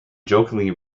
jokingly